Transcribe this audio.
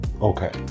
Okay